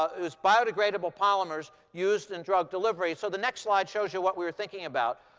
ah it was biodegradable polymers used in drug delivery. so the next slide shows you what we were thinking about.